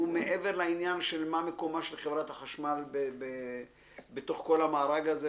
הוא מעבר לעניין מה מיקומה של חברת החשמל בתוך כל המארג של